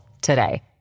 today